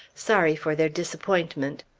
sorry for their disappointment!